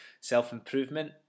self-improvement